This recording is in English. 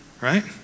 Right